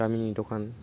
गामिनि दखान